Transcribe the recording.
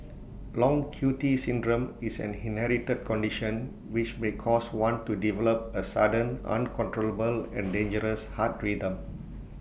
long Q T syndrome is an inherited condition which may cause one to develop A sudden uncontrollable and dangerous heart rhythm